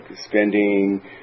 spending